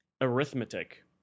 arithmetic